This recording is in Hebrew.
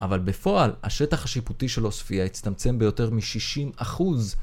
אבל בפועל, השטח השיפוטי של עוספיה הצטמצם ביותר מ-60%